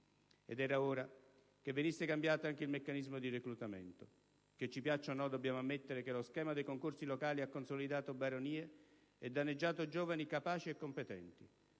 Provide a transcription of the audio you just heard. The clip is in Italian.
Ed era ora che venisse cambiato anche il meccanismo di reclutamento. Che ci piaccia o no dobbiamo ammettere che lo schema dei concorsi locali ha consolidato baronie e danneggiato giovani capaci e competenti.